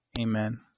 Amen